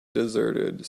deserted